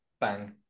bang